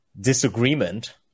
disagreement